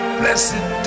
blessed